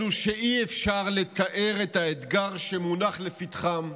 אלו שאי-אפשר לתאר את האתגר שמונח לפתחם,